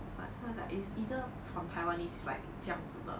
but 现在 like is either from taiwanese is like 这样子的